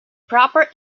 proper